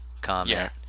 comment